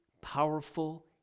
powerful